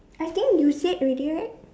I think you said already right